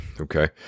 okay